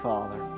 Father